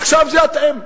עכשיו זה אתם.